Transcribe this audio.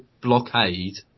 blockade